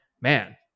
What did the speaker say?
man